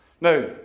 Now